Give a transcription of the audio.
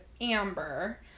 Amber